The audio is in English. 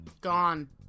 Gone